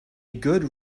good